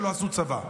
שלא עשו צבא,